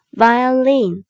violin